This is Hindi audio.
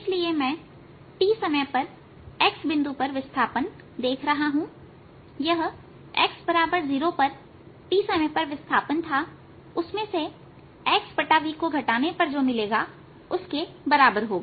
इसलिए मैं t समय पर x बिंदु पर विस्थापन देख रहा हूं यह x0 पर t समय पर विस्थापन था उसमें से xv को घटाने पर जो मिलेगा उसके बराबर होगा